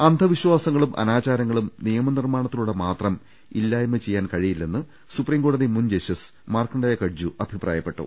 അന്ധവിശ്വാസങ്ങളും അനാചാരങ്ങളും നിയമ നിർമ്മാണ ത്തിലൂടെ മാത്രം ഇല്ലായ്മ ചെയ്യാൻ കഴിയില്ലെന്ന് സുപ്രീം കോടതി മുൻ ജസ്റ്റിസ് മാർക്കണ്ഠേയ കട്ജു അഭിപ്രായപ്പെട്ടു